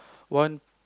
one